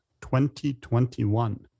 2021